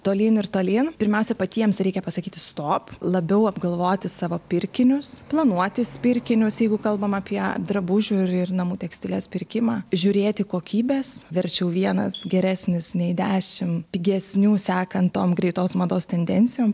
tolyn ir tolyn pirmiausia patiems reikia pasakyti stop labiau apgalvoti savo pirkinius planuotis pirkinius jeigu kalbam apie drabužių ir ir namų tekstilės pirkimą žiūrėti kokybes verčiau vienas geresnis nei dešimt pigesnių sekant tom greitos mados tendencijom